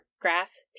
grass